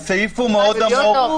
הסעיף הוא מאוד אמורפי.